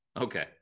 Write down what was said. Okay